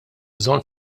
bżonn